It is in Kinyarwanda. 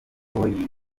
boeing